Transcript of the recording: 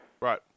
Right